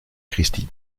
christie